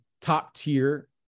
top-tier